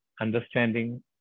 understanding